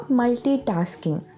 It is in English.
multitasking